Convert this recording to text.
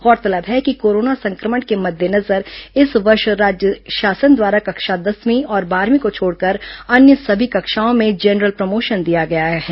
गौरतलब है कि कोरोना संक्रमण के मद्देनजर इस वर्ष राज्य शासन द्वारा कक्षा दसवीं और बारहवीं को छोड़कर अन्य सभी कक्षाओं में जनरल प्रमोशन दिया गया है